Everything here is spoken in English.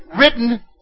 written